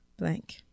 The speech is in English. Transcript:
blank